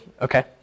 Okay